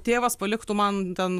tėvas paliktų man ten